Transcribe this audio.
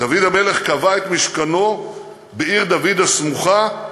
דוד המלך קבע את משכנו בעיר-דוד, הסמוכה,